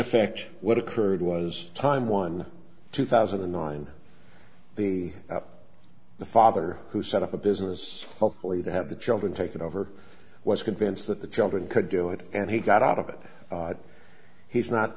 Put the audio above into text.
effect what occurred was time one two thousand and nine the the father who set up a business locally to have the children taken over was convinced that the children could do it and he got out of it he's not